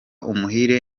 umuhire